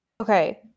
Okay